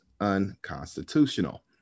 unconstitutional